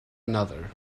another